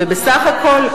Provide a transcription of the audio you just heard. ובסך הכול,